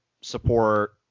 support